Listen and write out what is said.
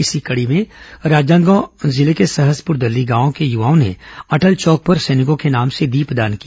इसी कड़ी में राजनादगांव जिले के सहसपुर दल्ली गांव के युवाओं ने अटल चौक पर सैनिकों के नाम से दीपदान किया